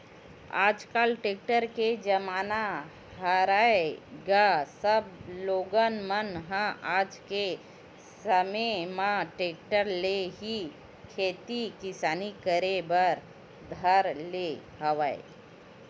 आजकल टेक्टर के जमाना हरय गा सब लोगन मन ह आज के समे म टेक्टर ले ही खेती किसानी करे बर धर ले हवय